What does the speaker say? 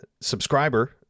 subscriber